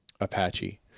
Apache